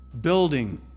building